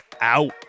out